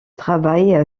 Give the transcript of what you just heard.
travail